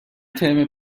ترم